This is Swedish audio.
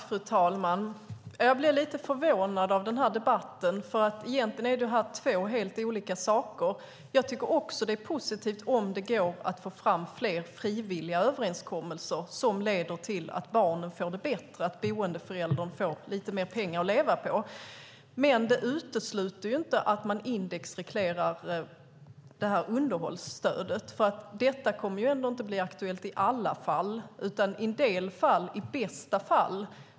Fru talman! Jag blir lite förvånad av denna debatt, för egentligen är detta två helt olika saker. Jag tycker också att det är positivt om det går att få fram fler frivilliga överenskommelser som leder till att barnen får det bättre och att boendeföräldern får lite mer pengar att leva på. Det utesluter dock inte att man indexreglerar underhållsstödet. Detta kommer ändå inte att bli aktuellt i alla fall, utan i en del fall - i bästa fall.